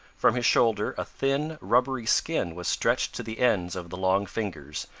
from his shoulder a thin, rubbery skin was stretched to the ends of the long fingers,